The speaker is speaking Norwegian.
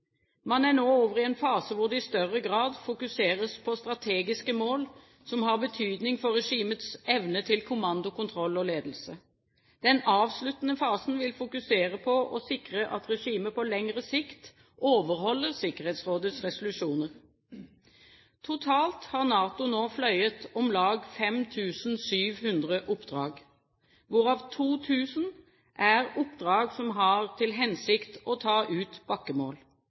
Man er nå over i en fase hvor det i større grad fokuseres på strategiske mål som har betydning for regimets evne til kommando, kontroll og ledelse. Den avsluttende fasen vil fokusere på å sikre at regimet på lengre sikt overholder Sikkerhetsrådets resolusjoner. Totalt har NATO nå fløyet om lag 5 700 oppdrag, hvorav 2 000 er oppdrag som har til hensikt å ta ut bakkemål.